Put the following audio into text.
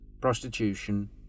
Prostitution